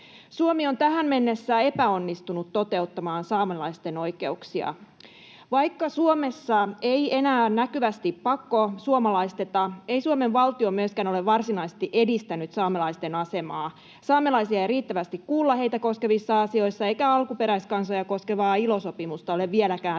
Suomi on tähän mennessä epäonnistunut toteuttamaan saamelaisten oikeuksia. Vaikka Suomessa ei enää näkyvästi pakkosuomalaisteta, ei Suomen valtio myöskään ole varsinaisesti edistänyt saamelaisten asemaa. Saamelaisia ei riittävästi kuulla heitä koskevissa asioissa, eikä alkuperäiskansoja koskevaa ILO-sopimusta ole vieläkään ratifioitu.